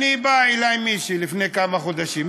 באה אלי מישהי לפני כמה חודשים,